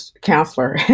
counselor